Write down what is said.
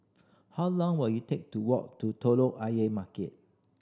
how long will it take to walk to Telok Ayer Market